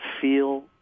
feel